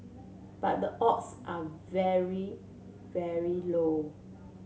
but the odds are very very low